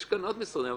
יש כאן עוד משרדים,